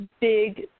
big